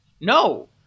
No